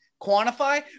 quantify